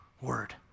word